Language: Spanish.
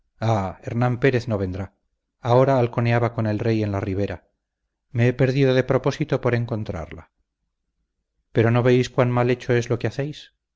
hernán pérez no vendrá ahora halconeaba con el rey en la ribera me he perdido de propósito por encontrarla pero no veis cuán mal hecho es lo que hacéis